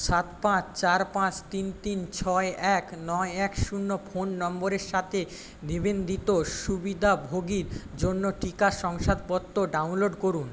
সাত পাঁচ চার পাঁচ তিন তিন ছয় এক নয় এক শূন্য ফোন নম্বরের সাথে নিবন্ধিত সুবিদাভোগীর জন্য টিকা শংসাদপত্র ডাউনলোড করুন